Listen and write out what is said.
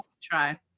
try